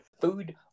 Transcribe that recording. Food